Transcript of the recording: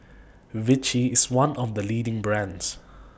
Vichy IS one of The leading brands